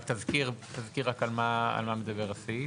רק תזכיר על מה מדבר הסעיף.